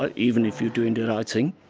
but even if you're doing the right thing.